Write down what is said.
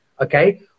okay